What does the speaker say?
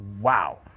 wow